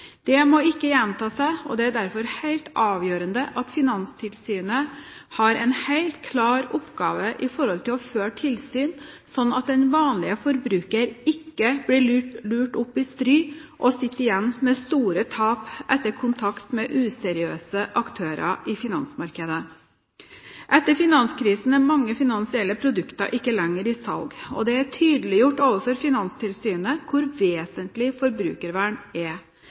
Det må ikke gjenta seg, og det er derfor helt avgjørende at Finanstilsynet har en helt klar oppgave i forhold til å føre tilsyn, slik at den vanlige forbruker ikke blir lurt opp i stry og sitter igjen med store tap etter kontakt med useriøse aktører i finansmarkedet. Etter finanskrisen er mange finansielle produkter ikke lenger i salg, og det er tydeliggjort overfor Finanstilsynet hvor vesentlig forbrukervern er.